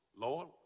Lord